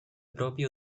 propio